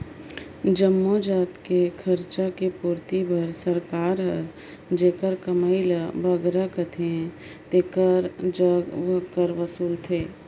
जम्मो जाएत कर खरचा कर पूरती बर सरकार हर जेकर कमई हर बगरा अहे तेकर जग कर वसूलथे